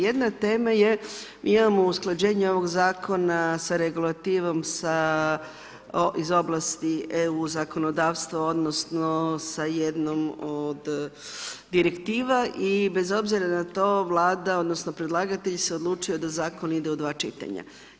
Jedna tema je, mi imamo usklađenje ovog zakona sa regulativom iz oblasti EU zakonodavstva, odnosno sa jednom od direktiva i bez obzira na to Vlada, odnosno predlagatelj se odlučio da zakon ide u dva čitanja.